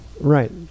Right